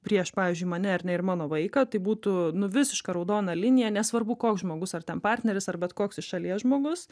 prieš pavyzdžiui mane ar ne ir mano vaiką tai būtų nu visiška raudona linija nesvarbu koks žmogus ar ten partneris ar bet koks iš šalies žmogus